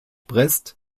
brest